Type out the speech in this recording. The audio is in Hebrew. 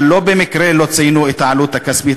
אבל לא במקרה לא ציינו את העלות הכספית,